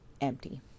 empty